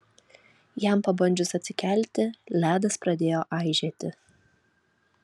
jam pabandžius atsikelti ledas pradėjo aižėti